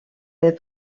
est